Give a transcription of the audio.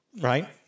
right